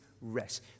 rest